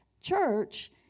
Church